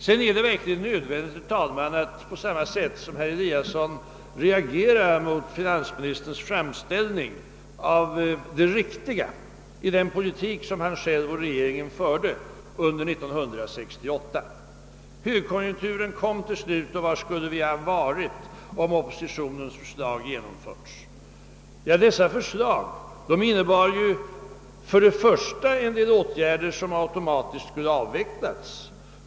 Sedan är det verkligen nödvändigt, herr talman, att på samma sätt som herr Eliasson i Sundborn reagera mot finansministerns framställning av det riktiga i den politik som han själv och regeringen förde under 1968: ”Högkonjunkturen kom till slut och var skulle vi varit om oppositionens förslag hade genomförts?” Dessa förslag innebär för det första en del åtgärder som automatiskt skulle ha avvecklats.